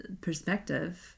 perspective